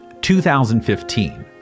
2015